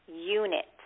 unit